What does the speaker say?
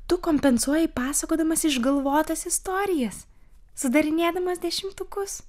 tu kompensuoji pasakodamas išgalvotas istorijas sudarinėdamas dešimtukus